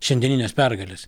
šiandienines pergales